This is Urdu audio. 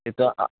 یہ تو